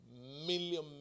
million